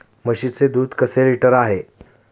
म्हशीचे दूध कसे लिटर आहे?